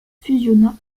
fusionna